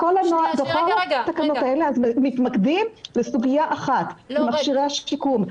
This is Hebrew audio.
בתקנות האלה מתמקדים בסוגיה אחת מכשירי השיקום.